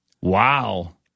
Wow